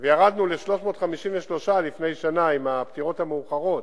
וירדנו ל-353 לפני שנה, עם הפטירות המאוחרות,